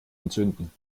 entzünden